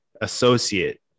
associate